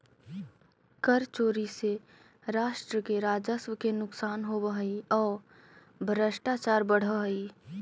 कर चोरी से राष्ट्र के राजस्व के नुकसान होवऽ हई औ भ्रष्टाचार बढ़ऽ हई